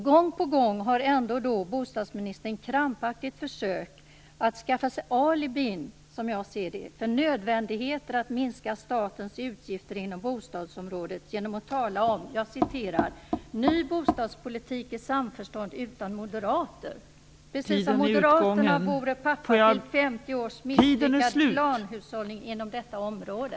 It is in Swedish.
Gång på gång har ändå Jörgen Andersson krampaktigt försökt att skaffa sig alibin, som jag ser det, för nödvändigheten att minska statens utgifter inom bostadsområdet genom att tala om "ny bostadspolitik i samförstånd utan moderater" - precis som om moderaterna vore pappa till 50 års misslyckad planhushållning inom detta område.